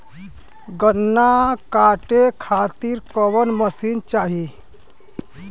गन्ना कांटेके खातीर कवन मशीन चाही?